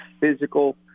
physical